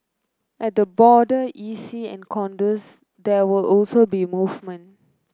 at the border E C and condos there will also be movement